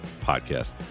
Podcast